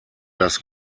das